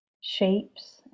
Shapes